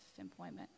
employment